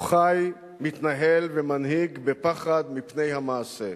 הוא חי, מתנהל ומנהיג בפחד מפני המעשה.